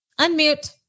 Unmute